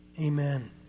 Amen